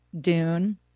Dune